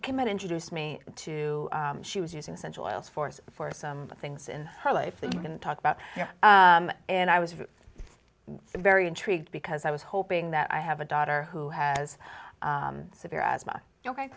commit introduced me to she was using central oils for us for some things in her life that you can talk about and i was very intrigued because i was hoping that i have a daughter who has severe asthma